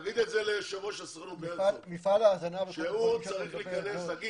תגיד ליושב-ראש הסוכנות הרצוג שהוא צריך להיכנס לזה.